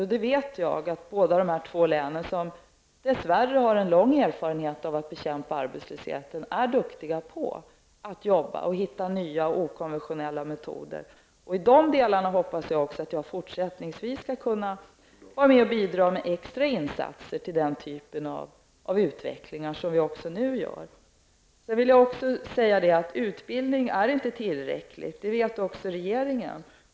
Jag vet att båda de här länen, som dess värre har en lång erfarenhet av bekämpning av arbetslösheten, är duktiga på att hitta nya och okonventionella metoder. Jag hoppas att jag i dessa avseenden också fortsättningsvis skall kunna bidra med extra insatser för den typ av utveckling som vi för närvarande arbetar för. Jag vill också säga att det inte är tillräckligt med utbildning. Det vet även regeringen.